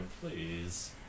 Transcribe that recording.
please